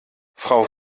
frau